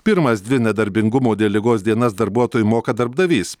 pirmas dvi nedarbingumo dėl ligos dienas darbuotojui moka darbdavys